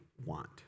want